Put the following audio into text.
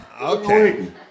Okay